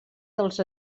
dels